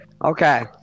Okay